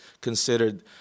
considered